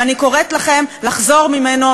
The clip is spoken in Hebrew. ואני קוראת לכם לחזור ממנו,